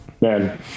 man